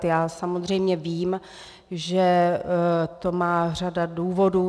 Já samozřejmě vím, že to má řadu důvodů.